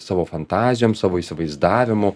savo fantazijom savo įsivaizdavimu